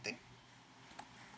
thing